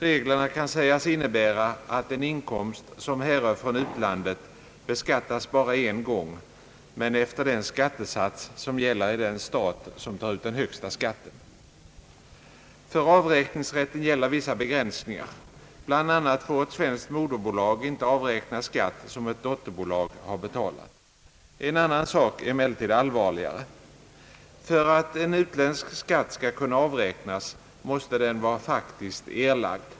Reglerna kan sägas innebära att en inkomst, som här rör från utlandet, bara beskattas en gång, men efter den skattesats som gäller i den stat som tar ut den högsta skatten. För avräkningsrätten gäller vissa begränsningar. Bl.a. får ett svenskt moderbolag inte avräkna skatt, som ett dotterbolag har betalat. En annan sak är emellertid allvarligare. För att en utländsk skatt skall kunna avräknas måste den vara faktiskt erlagd.